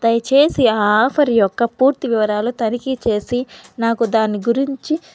దయచేసి ఆ ఆఫర్ యొక్క పూర్తి వివరాలు తనిఖీ చేసి నాకు దాని గురించి